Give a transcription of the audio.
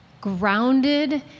grounded